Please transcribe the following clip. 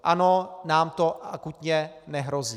Ano, nám to akutně nehrozí.